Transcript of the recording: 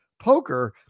poker